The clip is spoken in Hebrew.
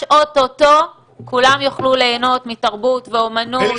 אוטוטו כולם יוכלו ליהנות מתרבות ואמנות וסטנדאפ במדינת ישראל.